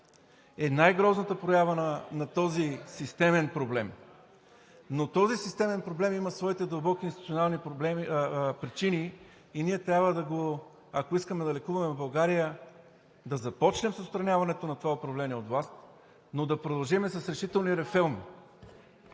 е най-грозната проява на този системен проблем. Но този системен проблем има своите дълбоки институционални причини и ако искаме да лекуваме България, трябва да започнем с отстраняването на това управление от власт, но да продължим с решителни реформи.